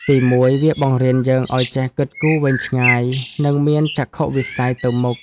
ទីមួយ វាបង្រៀនយើងឲ្យចេះគិតគូរវែងឆ្ងាយ និងមានចក្ខុវិស័យទៅមុខ។